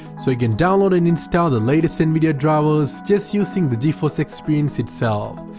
so you can download and install the latest nvidia drivers just using the geforce experience itself,